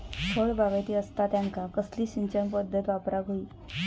फळबागायती असता त्यांका कसली सिंचन पदधत वापराक होई?